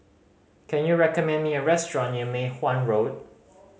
can you recommend me a restaurant near Mei Hwan Road